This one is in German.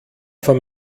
von